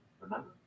Remember